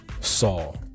Saul